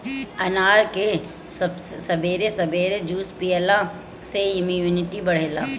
अनार के सबेरे सबेरे जूस पियला से इमुनिटी बढ़ेला